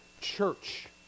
Church